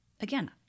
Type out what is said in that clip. again